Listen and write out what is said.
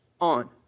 on